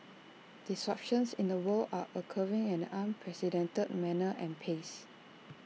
disruptions in the world are occurring at an unprecedented manner and pace